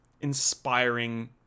inspiring